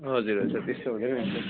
हजुर हजुर त्यस्तो हुँदैन नि सर